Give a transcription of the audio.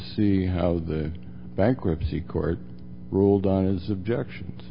see how the bankruptcy court ruled on his objections